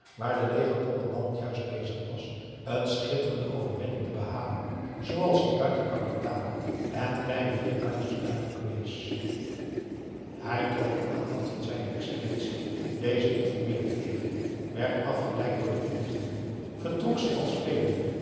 waar de legercommandant juist bezig was een schitterende overwinning te behalen zooals de buit aan kapitalen en kleine vierkantjes duidelijk bewees hij trok de aandacht van zijn excellentie deze informeerde even werd afgeleid door de inlichtingen vertrok zich al spelende